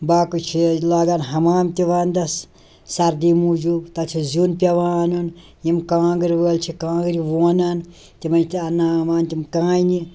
باقٕے چھِ لاگان حمام تہِ ونٛدَس سردی موٗجوٗب تَتھ چھِ زیُن پٮ۪وان اَنُن یِم کانٛگٕر وٲلۍ چھِ کانٛگرِ وونان تِمن تہِ انناوان تِم کانہِ